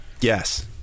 Yes